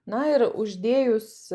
na ir uždėjus